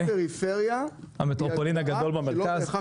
המטרופולין הגדול במרכז.